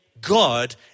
God